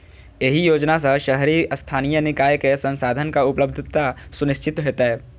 एहि योजना सं शहरी स्थानीय निकाय कें संसाधनक उपलब्धता सुनिश्चित हेतै